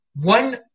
One